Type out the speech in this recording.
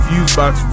Fusebox